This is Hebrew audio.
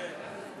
כן.